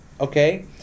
Okay